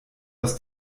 aus